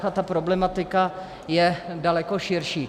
A ta problematika je daleko širší.